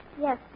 Yes